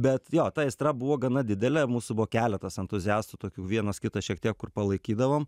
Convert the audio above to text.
bet jo ta aistra buvo gana didelė mūsų buvo keletas entuziastų tokių vienas kitą šiek tiek kur palaikydavom